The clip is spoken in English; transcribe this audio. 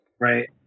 right